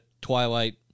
Twilight